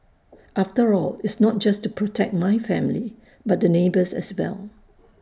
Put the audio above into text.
after all it's not just to protect my family but the neighbours as well